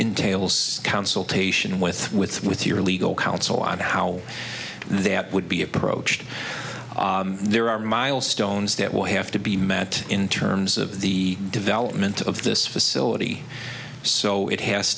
entails consultation with with with your legal counsel on how that would be approached there are milestones that will have to be met in terms of the development of this facility so it has